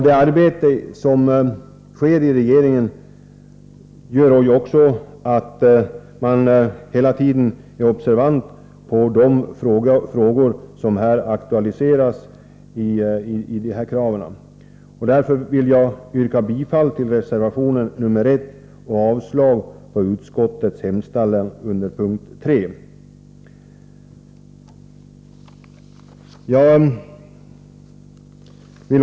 Det arbete som sker i regeringen visar också att man hela tiden är observant på de frågor som här aktualiseras. Därför vill jag yrka bifall till reservation 1 och avslag på utskottets hemställan under mom. 3.